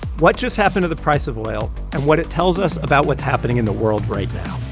what just happened to the price of oil and what it tells us about what's happening in the world right